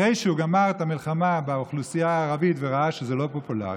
שאחרי שהוא גמר את המלחמה באוכלוסייה הערבית וראה שזה לא פופולרי,